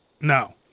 No